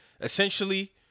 Essentially